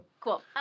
Cool